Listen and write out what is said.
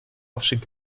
aufstieg